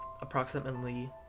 approximately